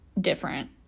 different